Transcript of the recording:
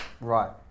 right